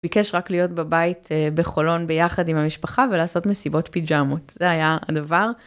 ביקש רק להיות בבית בחולון ביחד עם המשפחה ולעשות מסיבות פיג'מות זה היה הדבר.